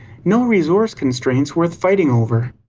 no resource constraints worth fighting over.